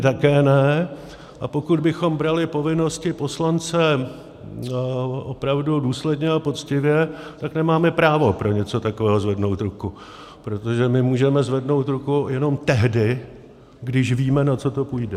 My také ne, a pokud bychom brali povinnosti poslance opravdu důsledně a poctivě, tak nemáme právo pro něco takového zvednout ruku, protože my můžeme zvednout ruku jenom tehdy, když víme, na co to půjde.